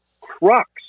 crux